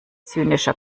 zynischer